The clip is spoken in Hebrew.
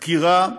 דקירה,